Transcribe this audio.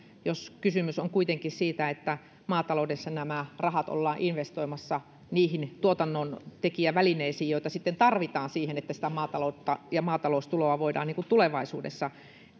jos kysymys on kuitenkin siitä että maataloudessa nämä rahat ollaan investoimassa niihin tuotannontekijävälineisiin joita tarvitaan siihen että maataloutta ja maataloustuloa voidaan tulevaisuudessa